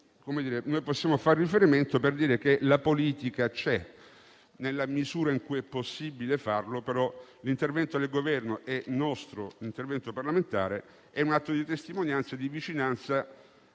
cui possiamo far riferimento per dire che la politica c'è, nella misura in cui è possibile farlo. L'intervento del Governo e quello nostro parlamentare sono un atto di testimonianza e di vicinanza